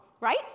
Right